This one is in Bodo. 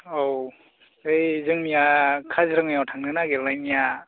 औ बै जोंनिया काजिरङायाव थांनो नागिरनायनिया